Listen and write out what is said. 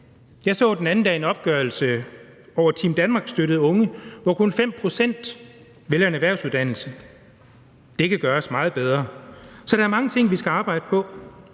Jeg så den anden dag en opgørelse over Team Danmark-støttede unge, hvor kun 5 pct. vælger en erhvervsuddannelse. Det kan gøres meget bedre. Så der er mange ting, vi skal arbejde på,